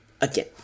Again